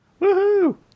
Woohoo